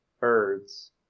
birds